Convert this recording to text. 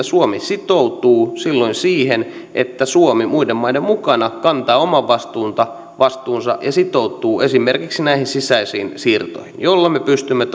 suomi sitoutuu siihen että suomi muiden maiden mukana kantaa oman vastuunsa ja sitoutuu esimerkiksi näihin sisäisiin siirtoihin jolloin me pystymme